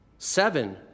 Seven